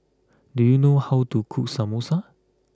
do you know how to cook Samosa